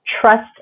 trust